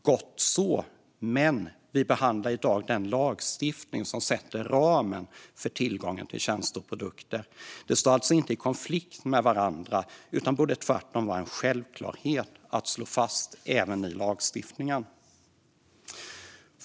Gott så, men vi behandlar i dag den lagstiftning som ska sätta ramen för tillgången till tjänster och produkter. De står alltså inte i konflikt med varandra utan borde tvärtom vara en självklarhet att slå fast även i lagstiftningen.